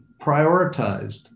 prioritized